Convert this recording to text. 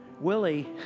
Willie